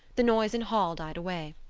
the noise in hall died away.